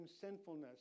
sinfulness